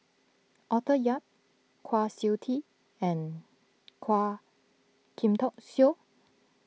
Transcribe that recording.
Arthur Yap Kwa Siew Tee and Quah Kim Song